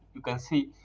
you can see.